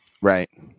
Right